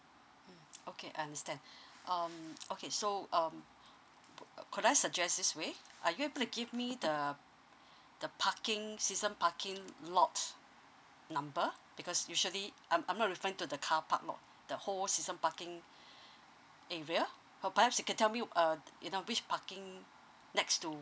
mm okay understand um okay so um could I suggest tis way are you able to give me the the parking season parking lot number because usually I'm I'm not referring to the carpark lot the whole season parking area or perhaps you can tell you uh you know which parking next to